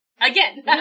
again